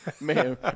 man